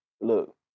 look